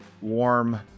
warm